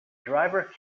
drivers